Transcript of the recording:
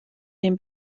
dem